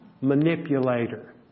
Manipulator